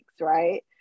right